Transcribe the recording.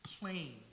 plain